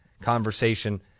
conversation